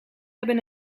hebben